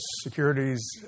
securities